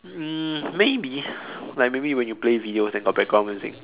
um maybe like maybe when you play videos then got background music